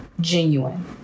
genuine